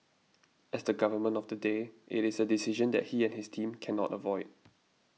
as the Government of the day it is a decision that he and his team cannot avoid